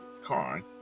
car